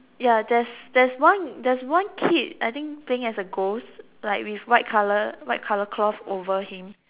ya there's there's there's one there's kid I think playing as a ghost like with white colour white colour cloth over him